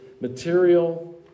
material